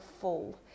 full